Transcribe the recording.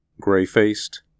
Gray-faced